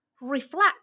reflect